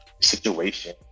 situation